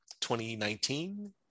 2019